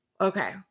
Okay